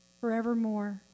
forevermore